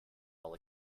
all